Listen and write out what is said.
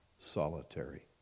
solitary